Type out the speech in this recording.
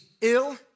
ill